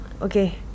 Okay